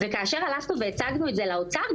כאשר הלכנו והצגנו את זה לאוצר,